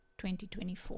2024